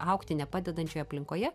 augti ne padedančioje aplinkoje